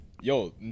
Yo